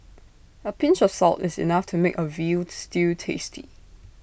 A pinch of salt is enough to make A Veal Stew tasty